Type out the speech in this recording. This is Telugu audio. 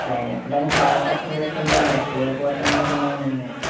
ట్రైన్ ఎక్కడానికి చాలా కష్టమైపోయిందండి ఎక్కలేక పోతాను అనుకున్నానండి